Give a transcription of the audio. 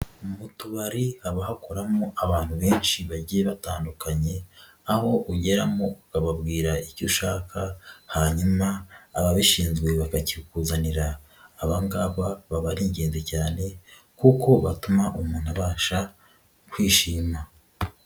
Mu tubari haba hakoramo abantu benshi bagiye batandukanye aho ugeramo uka ubabwira icyo ushaka hanyuma ababishinzwe bakakikuzanira aba ngaba baba ari ingenzi cyane kuko batuma umuntu abasha kwishima.